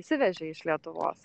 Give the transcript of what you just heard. išsivežei iš lietuvos